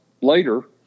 later